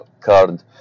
card